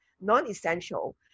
non-essential